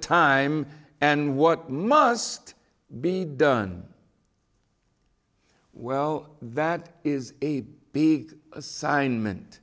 time and what must be done well that is a big assignment